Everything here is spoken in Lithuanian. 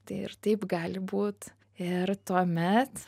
tai ir taip gali būt ir tuomet